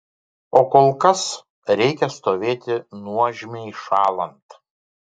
o kol kas reikia stovėti nuožmiai šąlant